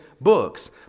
books